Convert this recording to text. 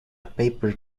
paper